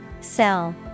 Sell